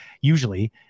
Usually